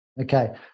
Okay